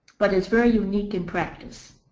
but it's very unique in practice.